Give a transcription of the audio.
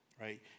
right